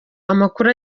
amakuru